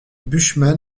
bushman